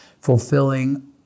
fulfilling